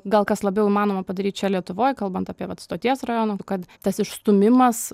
gal kas labiau įmanoma padaryt čia lietuvoj kalbant apie vat stoties rajoną kad tas išstūmimas